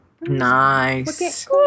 Nice